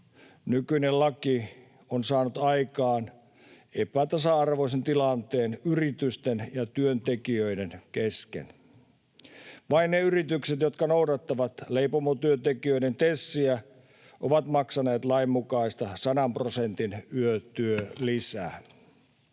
Nykyinen laki on saanut aikaan epätasa-arvoisen tilanteen yritysten ja työntekijöiden kesken. Vain ne yritykset, jotka noudattavat leipomotyöntekijöiden TESiä, ovat maksaneet lainmukaista sadan prosentin yötyölisää.